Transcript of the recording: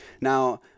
now